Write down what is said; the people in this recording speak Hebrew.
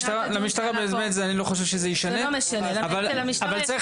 אני לא חושב שלמשטרה זה ישנה אבל צריך